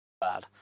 bad